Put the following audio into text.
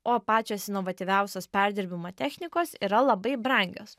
o pačios inovatyviausios perdirbimo technikos yra labai brangios